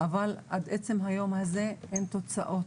אבל עד עצם היום הזה אין תוצאות